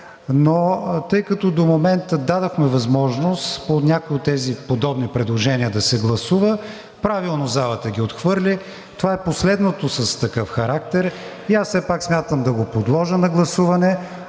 но тъй като до момента дадохме възможност по някои от тези подобни предложения да се гласува правилно, залата ги отхвърли. Това е последното с такъв характер. И аз все пак смятам да го подложа на гласуване,